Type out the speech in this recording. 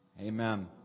amen